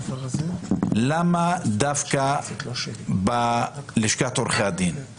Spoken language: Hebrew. אז למה דווקא בלשכת עורכי הדין זה ככה?